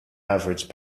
average